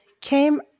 came